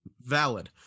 Valid